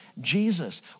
Jesus